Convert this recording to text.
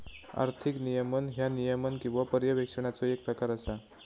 आर्थिक नियमन ह्या नियमन किंवा पर्यवेक्षणाचो येक प्रकार असा